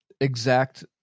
exact